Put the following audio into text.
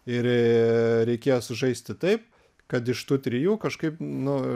ir reikėjo sužaisti taip kad iš tų trijų kažkaip nu